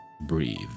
breathe